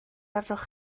arnoch